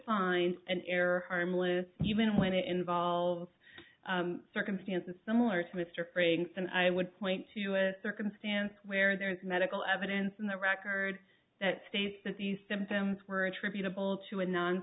find an error harmless even when it involves circumstances similar to mr craig and i would point to a circumstance where there is medical evidence in the record that states that these symptoms were attributable to anno